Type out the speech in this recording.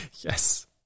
Yes